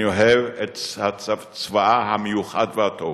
אני אוהב את צבאה המיוחד והטוב,